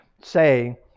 say